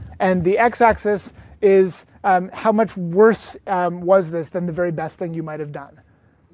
and the x-axis is how much worse was this than the very best thing you might have done?